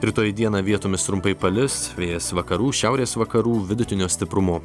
rytoj dieną vietomis trumpai palis vėjas vakarų šiaurės vakarų vidutinio stiprumo